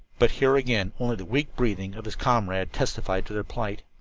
but here again only the weak breathing of his comrade testified to their plight.